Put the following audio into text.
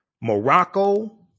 morocco